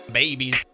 babies